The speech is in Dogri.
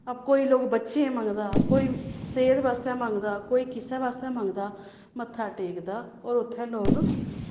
कोई लोग बच्चे मंगदा कोई सेह्त बास्तै मंगदा कोई किसै बास्तै मंगदा मत्था टेकदा होर उत्थें लोग